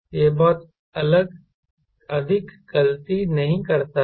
यह बहुत अधिक गलती नहीं करता है